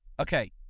Okay